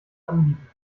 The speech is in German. anbieten